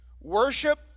Worship